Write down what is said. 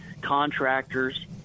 contractors